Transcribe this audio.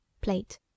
plate